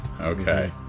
okay